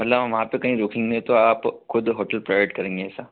मतलम वहाँ तो कहीं रुकेंगे तो आप ख़ुद होटल प्रोवाइड करेंगे ऐसा